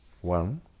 One